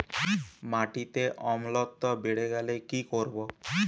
মাটিতে অম্লত্ব বেড়েগেলে কি করব?